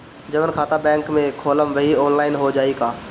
जवन खाता बैंक में खोलम वही आनलाइन हो जाई का?